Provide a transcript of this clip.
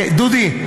דודי,